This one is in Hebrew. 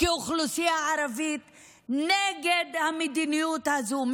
כאוכלוסייה ערבית נגד המדיניות הזאת,